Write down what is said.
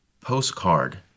postcard